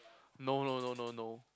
no no no no no